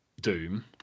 doom